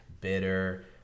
Bitter